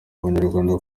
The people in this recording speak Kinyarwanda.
banyarwanda